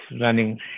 running